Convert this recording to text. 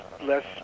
less